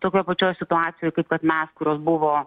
tokioj pačioj situacijoj kaip kad mes kurios buvo